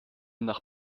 nach